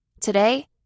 Today